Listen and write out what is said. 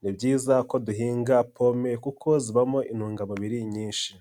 ni byiza ko duhinga pome kuko zibamo intungamubiri nyinshi.